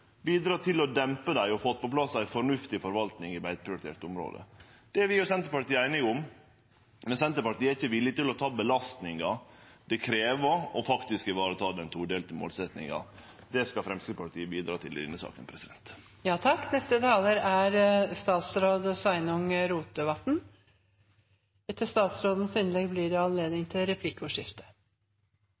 til å dempe dei og fått på plass ei fornuftig forvalting i beiteprioriterte område. Det er vi og Senterpartiet er einige om, men Senterpartiet er ikkje villig til å ta belastninga som krevst for faktisk å ivareta den todelte målsetjinga. Det skal Framstegspartiet bidra til i denne saka.